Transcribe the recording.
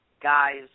guys